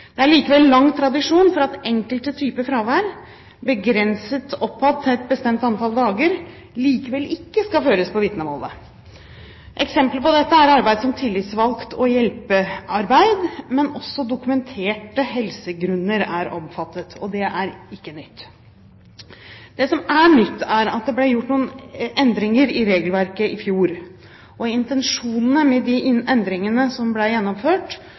Det er likevel lang tradisjon for at enkelte typer fravær, begrenset oppad til et bestemt antall dager, likevel ikke skal føres på vitnemålet. Eksempler på dette er arbeid som tillitsvalgt og hjelpearbeid, men også dokumenterte helsegrunner er omfattet. Dette er ikke nytt. Det som er nytt, er at det ble gjort noen endringer i regelverket i fjor, og intensjonene med de endringene som ble gjennomført,